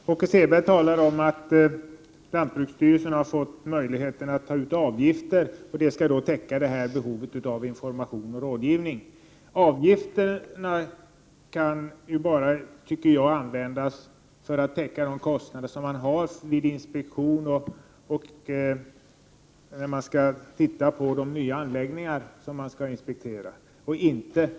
Herr talman! Åke Selberg säger att lantbruksstyrelserna har fått möjlighet att ta ut avgifter för att täcka kostnaderna för information och rådgivning. Avgifterna kan man bara använda för att täcka kostnaderna för inspektion av de nya anläggningarna, tycker jag.